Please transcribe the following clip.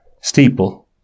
steeple